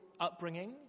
upbringing